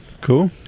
cool